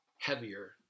heavier